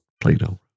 plato